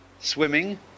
swimming